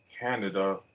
Canada